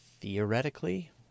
Theoretically